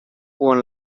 quan